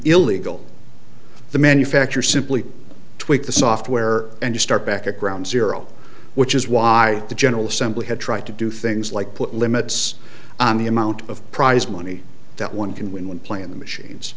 illegal the manufacturer simply tweak the software and you start back at ground zero which is why the general assembly had tried to do things like put limits on the amount of prize money that one can win when playing the machines